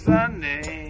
Sunday